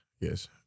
Yes